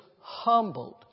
humbled